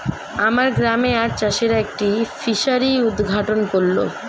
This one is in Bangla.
আমার গ্রামে আজ চাষিরা একটি ফিসারি উদ্ঘাটন করল